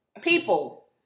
people